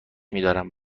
میدارم